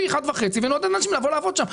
פי אחד וחצי ונעודד אנשים יבואו לעבוד שם.